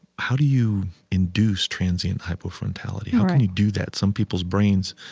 how do you induce transient hypofrontality? how can you do that? some people's brains,